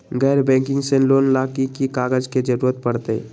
गैर बैंकिंग से लोन ला की की कागज के जरूरत पड़तै?